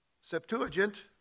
Septuagint